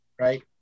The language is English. right